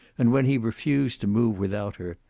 and when he refused to move without her,